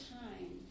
time